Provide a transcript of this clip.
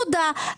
תודה,